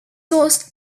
was